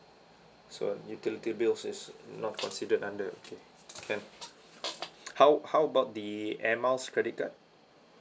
so utility bills is not considered under okay can how how about the air miles credit card